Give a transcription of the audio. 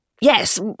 yes